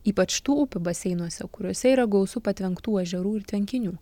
ypač tų upių baseinuose kuriuose yra gausu patvenktų ežerų ir tvenkinių